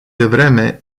devreme